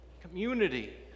community